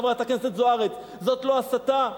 חברת הכנסת זוארץ: זאת לא הסתה?